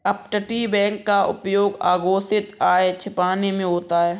अपतटीय बैंक का उपयोग अघोषित आय छिपाने में होता है